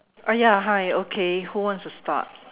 oh ya hi okay who wants to start